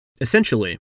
Essentially